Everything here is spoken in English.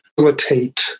facilitate